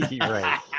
Right